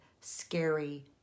scary